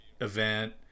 event